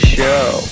Show